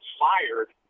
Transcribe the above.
fired